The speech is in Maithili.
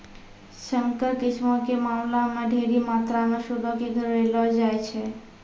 संकर किस्मो के मामला मे ढेरी मात्रामे सूदो के घुरैलो जाय छै